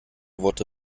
worte